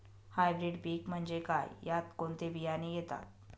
Hybrid पीक म्हणजे काय? यात कोणते बियाणे येतात?